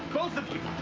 both of you,